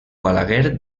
balaguer